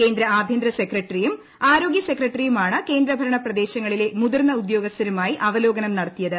കേന്ദ്ര ആഭ്യന്തര സെക്രട്ടറിയൂകൃ ആരോഗ്യ സെക്രട്ടറിയുമാണ് കേന്ദ്ര ഭരണ പ്രദേശങ്ങളിലെ മുതിർന്ന് ഉദ്യോഗസ്ഥരുമായി അവലോകനം നടത്തിയത്